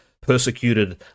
persecuted